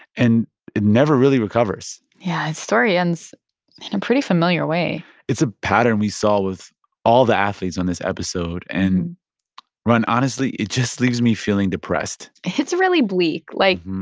and it never really recovers yeah, his story ends in a pretty familiar way it's a pattern we saw with all the athletes on this episode. and rund, honestly, it just leaves me feeling depressed it's really bleak. like,